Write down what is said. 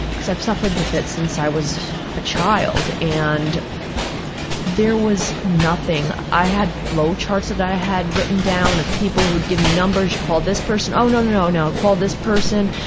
cause i've suffered with it since i was a child. and there was nothing. i had flow charts that i had written down of people who'd give me numbers, oh, call this person. oh no no no, call this person.